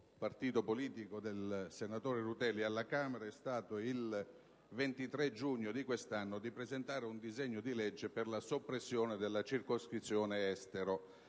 partito politico del senatore Rutelli alla Camera è stata, il 23 giugno di quest'anno, la presentazione di un disegno di legge per la soppressione della circoscrizione Estero.